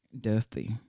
Dusty